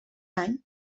any